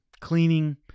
cleaning